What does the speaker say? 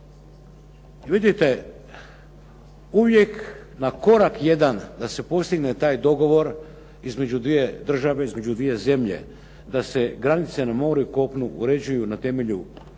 vidite, uvijek na korak jedan da se postigne taj dogovor između dvije države, između dvije zemlje da se granice na moru i kopnu uređuju na temelju